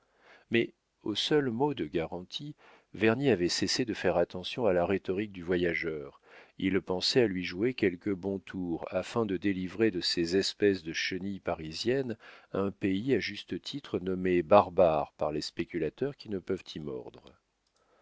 mais au seul mot de garantie vernier avait cessé de faire attention à la rhétorique du voyageur il pensait à lui jouer quelque bon tour afin de délivrer de ces espèces de chenilles parisiennes un pays à juste titre nommé barbare par les spéculateurs qui ne peuvent y mordre